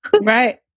Right